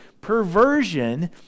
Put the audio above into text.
Perversion